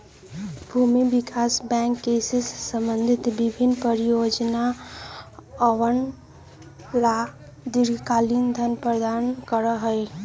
भूमि विकास बैंक कृषि से संबंधित विभिन्न परियोजनअवन ला दीर्घकालिक धन प्रदान करा हई